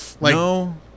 No